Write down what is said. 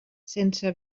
sense